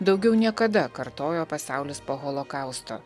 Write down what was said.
daugiau niekada kartojo pasaulis po holokausto